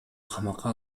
камакка